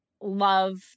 love